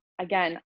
again